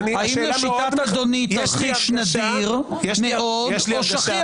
האם לשיטת אדוני זה תרחיש נדיר מאוד או שכיח מאוד.